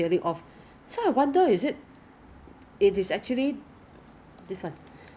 mean you buy hundred plus ah they they should give you a lot of free gift free did you 讨你有没有讨